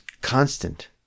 constant